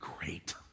great